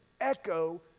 echo